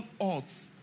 odds